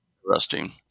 interesting